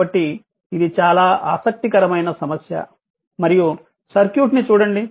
కాబట్టి ఇది చాలా ఆసక్తికరమైన సమస్య మరియు సర్క్యూట్ ని చూడండి